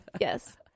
yes